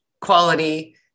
quality